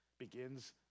begins